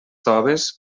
toves